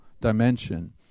Dimension